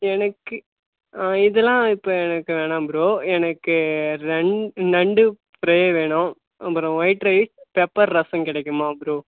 எனக்கு ஆ இதெல்லாம் இப்போ எனக்கு வேணாம் ப்ரோ எனக்கு ரன் நண்டு ஃப்ரை வேணும் அப்புறம் ஒயிட் ரைஸ் பெப்பர் ரசம் கிடைக்குமா ப்ரோ